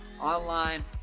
online